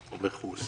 וכו'.